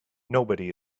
nobody